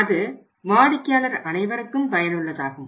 அது வாடிக்கையாளர் அனைவருக்கும் பயனுள்ளதாகும்